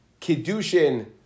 kiddushin